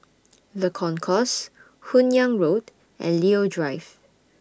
The Concourse Hun Yeang Road and Leo Drive